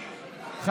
אי-קיום.